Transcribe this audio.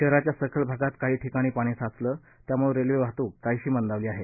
शहराच्या सखल भागात काही ठिकणी पाणी साचलं त्यामुळं रेल्वे वाहतूक काहिशी मंदावली आहे